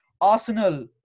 Arsenal